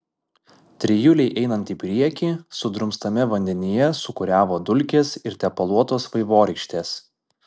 trijulei einant į priekį sudrumstame vandenyje sūkuriavo dulkės ir tepaluotos vaivorykštės